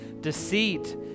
deceit